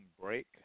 break